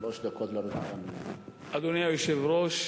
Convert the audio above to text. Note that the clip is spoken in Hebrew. שלוש דקות, אדוני היושב-ראש,